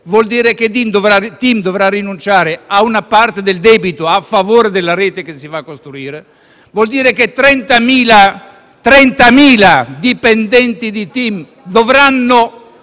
vuol dire che TIM dovrebbe rinunciare a una parte del debito a favore della rete che si va a costruire, vuol dire che 30.000 dipendenti di TIM dovrebbero